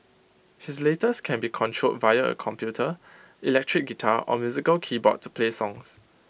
his latest can be controlled via A computer electric guitar or musical keyboard to play songs